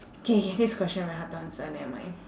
K this question very hard to answer never mind